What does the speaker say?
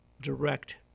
direct